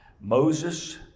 Moses